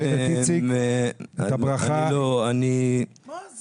חשוב